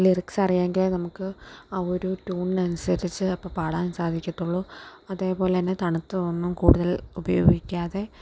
ലിറിക്സറിയാമെങ്കിൽ നമുക്ക് ആ ഒരു ട്യൂണിനനുസരിച്ച് അപ്പം പാടാൻ സാധിക്കത്തുള്ളു അതേപോലെ തന്നെ തണുത്തതൊന്നും കൂടുതൽ ഉപയോഗിക്കാതെ